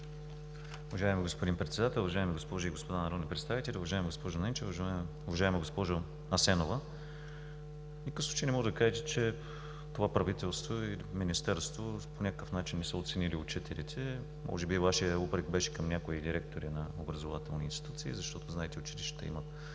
Уважаеми господин Председател, уважаеми госпожи и господа народни представители! Уважаема госпожо Ненчева, уважаема госпожо Асенова, в никакъв случай не може да кажете, че това правителство и Министерството по някакъв начин не са оценили учителите. Може би Вашият упрек беше към някои директори на образователни институции, защото, знаете, училищата имат